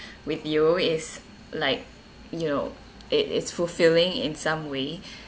with you it's like you know it is fulfilling in some way